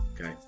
Okay